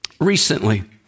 Recently